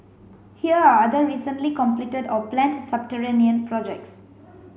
here are other recently completed or planned subterranean projects